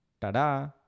Ta-da